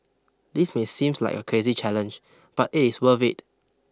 this may seems like a crazy challenge but it is worth it